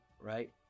right